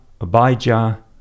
Abijah